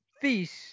feast